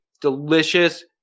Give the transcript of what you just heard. Delicious